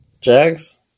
Jags